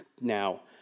Now